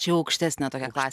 čia jau aukštesnė tokia klasė